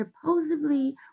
supposedly